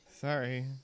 Sorry